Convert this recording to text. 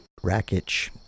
Rakic